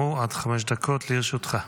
עד חמש דקות לרשותך.